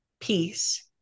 peace